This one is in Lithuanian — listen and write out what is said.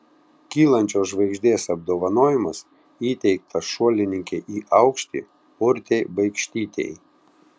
kylančios žvaigždės apdovanojimas įteiktas šuolininkei į aukštį urtei baikštytei